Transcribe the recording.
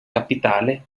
capitale